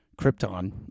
Krypton-